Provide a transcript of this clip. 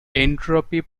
entropy